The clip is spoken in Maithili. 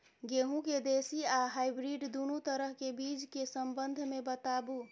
गेहूँ के देसी आ हाइब्रिड दुनू तरह के बीज के संबंध मे बताबू?